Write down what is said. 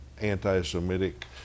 anti-Semitic